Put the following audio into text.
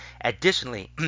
Additionally